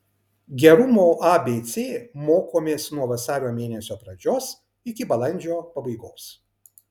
gerumo abc mokomės nuo vasario mėnesio pradžios iki balandžio pabaigos